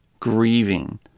grieving